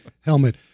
helmet